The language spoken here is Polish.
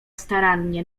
starannie